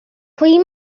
pwy